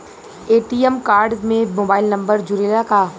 ATM card में mobile number जुरेला का?